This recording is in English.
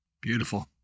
Beautiful